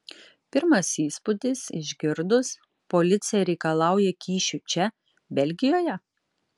pirmas įspūdis išgirdus policija reikalauja kyšių čia belgijoje